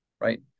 right